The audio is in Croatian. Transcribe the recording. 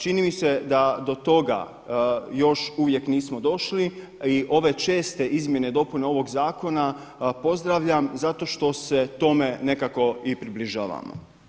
Čini mi se da do toga još uvijek nismo došli i ove česte izmjene i dopune ovog zakona pozdravljam zato što se tome nekako i približavamo.